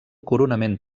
coronament